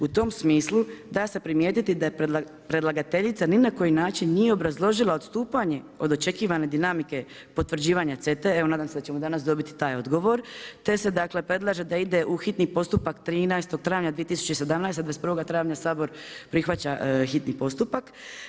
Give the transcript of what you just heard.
U tom smislu, da se primijetiti da je predlagateljica ni na koji način nije obrazložila odstupanje od očekivane dinamike potvrđivanje CETA-e, evo nadam se da ćemo danas dobiti taj odgovor, te se predlaže u hitni postupak 13. travnja 2017, 21. travnja Sabor prihvaća hitni postupak.